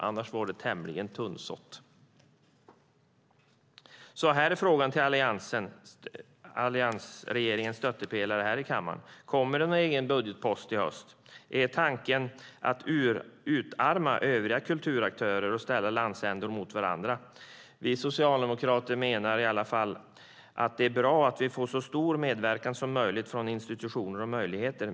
Annars var det tämligen tunnsått. Frågan till alliansregeringens stöttepelare här i kammaren är: Kommer det en egen budgetpost i höst? Är tanken att utarma övriga kulturaktörer och att ställa landsändar mot varandra? Vi socialdemokrater menar i alla fall att det är bra att vi får så stor medverkan som möjligt från institutioner och myndigheter.